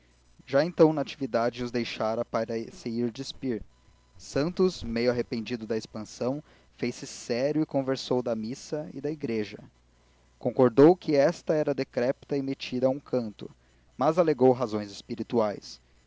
já então natividade os deixara para se ir despir santos meio arrependido da expansão fez-se sério e conversou da missa e da igreja concordou que esta era decrépita e metida a um canto mas alegou razões espirituais